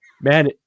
man